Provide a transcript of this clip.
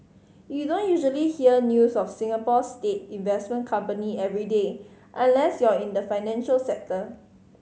you don't usually hear news of Singapore's state investment company every day unless you're in the financial sector